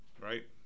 right